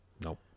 Nope